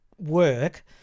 work